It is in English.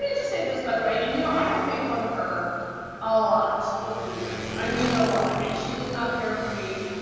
i should say this by the way. and you know i have made fun of her a lot over the years. i mean, a lot. and she does not care for me,